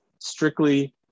strictly